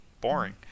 boring